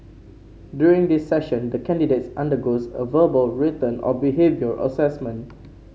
during this session the candidate undergoes a verbal written and behavioural assessment